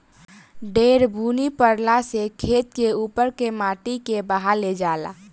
ढेर बुनी परला से खेत के उपर के माटी के बहा ले जाला